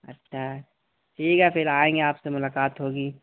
اچھا ٹھیک ہے پھر آئیں گے آپ سے ملاقات ہوگی